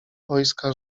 wojska